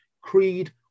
creed